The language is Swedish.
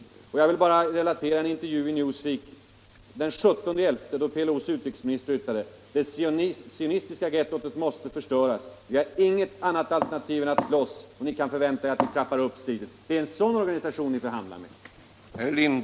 Jag vill som aktuellt exempel bara återge en del av en intervju i Newsweek den 17 november, då PLO:s utrikesminister yttrade: ”Det sionistiska gettot måste förstöras. Vi har inget annat alternativ än att slåss, och ni kan förvänta er att vi trappar upp striden.” Det är en sådan organisation ni förhandlar med.